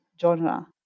genre